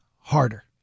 harder